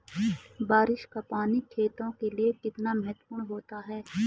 बारिश का पानी खेतों के लिये कितना महत्वपूर्ण होता है?